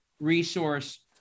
resource